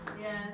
Yes